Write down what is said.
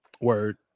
word